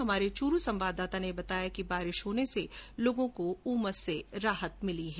हमारे चूरू संवाददाता ने बताया है कि बारिश होने से लोगों को उमस से राहत मिली है